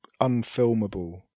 unfilmable